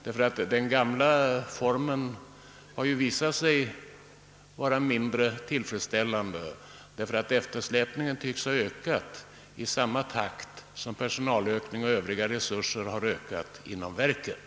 Den gamla formen har ju visat sig vara mindre tillfredsställande, eftersom eftersläpningen tycks ha ökat i samma takt som personalen och övriga resurser inom verket.